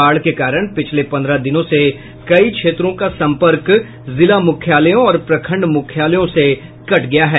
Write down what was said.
बाढ़ के कारण पिछले पन्द्रह दिनों से कई क्षेत्रों का सम्पर्क जिला मुख्यालयों और प्रखंड मुख्यालयों से कट गया है